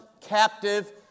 captive